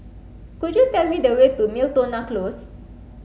could you tell me the way to Miltonia Close